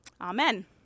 Amen